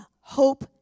hope